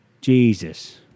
Jesus